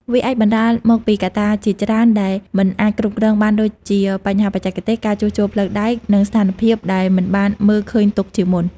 វាអាចបណ្ដាលមកពីកត្តាជាច្រើនដែលមិនអាចគ្រប់គ្រងបានដូចជា បញ្ហាបច្ចេកទេស ការជួសជុលផ្លូវដែក និងស្ថានភាពដែលមិនបានមើលឃើញទុកជាមុន។